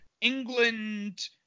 england